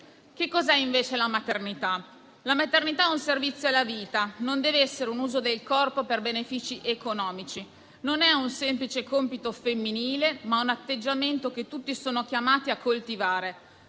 Che cos'è invece la maternità? La maternità è un servizio alla vita, non deve essere un uso del corpo per benefici economici; non è un semplice compito femminile, ma un atteggiamento che tutti sono chiamati a coltivare,